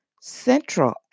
Central